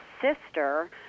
sister